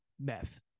meth